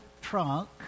trunk